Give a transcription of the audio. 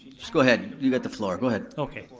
just go ahead, you got the floor, go ahead. okay,